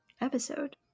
episode